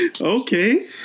Okay